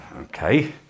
Okay